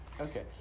Okay